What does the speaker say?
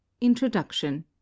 Introduction